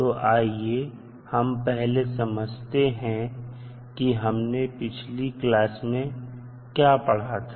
तो आइए हम पहले समझते हैं कि हमने पिछली क्लास में क्या पढ़ा था